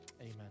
amen